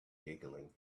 giggling